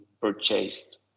purchased